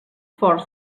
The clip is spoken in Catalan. fort